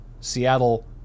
Seattle